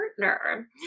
partner